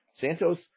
Santos